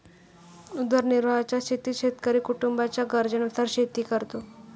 उदरनिर्वाहाच्या शेतीत शेतकरी कुटुंबाच्या गरजेनुसार शेती करतो